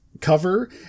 cover